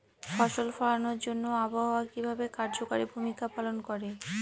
ফসল ফলানোর জন্য আবহাওয়া কিভাবে কার্যকরী ভূমিকা পালন করে?